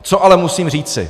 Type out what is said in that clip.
Co ale musím říci.